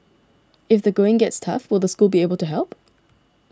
if the going gets tough will the school be able to help